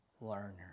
learner